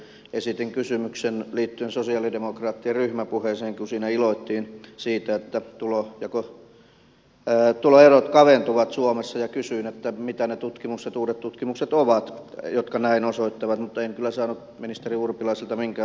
esitin kysymyksen liittyen sosialidemokraattien ryhmäpuheeseen kun siinä iloittiin siitä että tuloerot kaventuvat suomessa ja kysyin mitä ne uudet tutkimukset ovat jotka näin osoittavat mutta en kyllä saanut ministeri urpilaiselta minkäänlaista vastausta